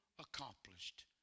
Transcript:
accomplished